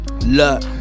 Look